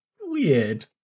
weird